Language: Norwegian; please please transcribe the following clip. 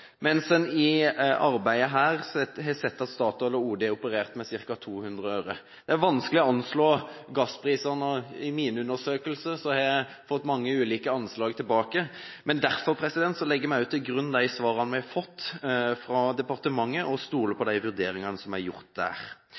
mens en i arbeidet her har sett at Statoil og Olje- og energidepartementet opererte med ca. 200 øre. Det er vanskelig å anslå gasspriser. I mine undersøkelser har jeg fått mange ulike anslag tilbake. Men derfor legger vi til grunn de svarene vi har fått fra departementet, og vi stoler på de vurderingene som er gjort der.